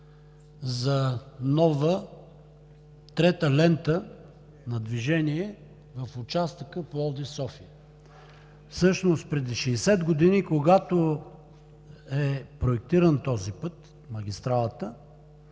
за нова, трета лента на движение в участъка Пловдив – София. Всъщност преди 60 години, когато е проектиран този път – магистралата,